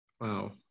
Wow